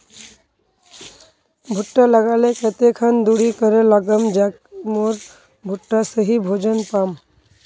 भुट्टा लगा ले कते खान दूरी करे लगाम ज मोर भुट्टा सही भोजन पाम?